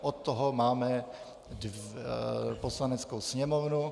Od toho máme Poslaneckou sněmovnu.